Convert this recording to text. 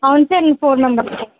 అవును సార్ ఈ four members sir